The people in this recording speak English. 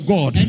God